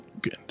Good